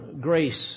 grace